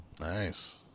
Nice